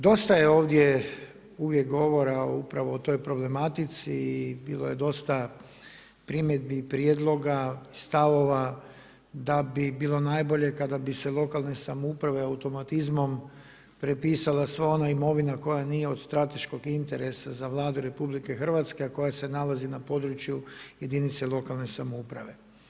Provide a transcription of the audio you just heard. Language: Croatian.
Dosta je ovdje uvijek govora upravo o tom problematici i bilo je dosta primjedbi i prijedloga, stavova da bi bilo najbolje kada bi se lokalne samouprave automatizmom prepisala sva ona imovina koja nije od strateškog interesa za Vladu RH, a koja se nalazi na području jedinca lokalne samouprave.